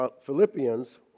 Philippians